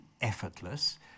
effortless